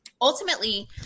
ultimately